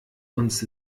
uns